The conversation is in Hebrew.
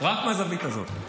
רק מהזווית הזאת.